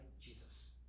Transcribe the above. Jesus